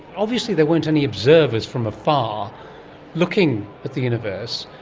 obviously there weren't any observers from afar looking at the universe,